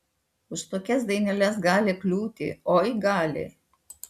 ir už tokias daineles gali kliūti oi gali